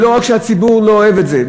שלא רק שהציבור לא אוהב את זה,